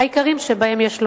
יש לומר היקרים שבהם.